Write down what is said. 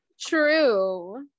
true